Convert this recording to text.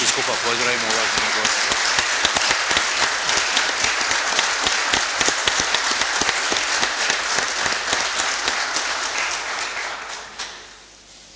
Hvala vam